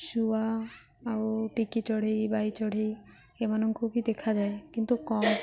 ଶୁଆ ଆଉ ଟିକି ଚଢ଼େଇ ବାଇଚଢ଼େଇ ଏମାନଙ୍କୁ ବି ଦେଖାଯାଏ କିନ୍ତୁ କମ୍